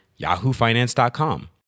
yahoofinance.com